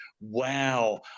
wow